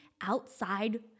outside